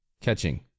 catching